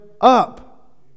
up